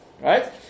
right